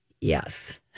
Yes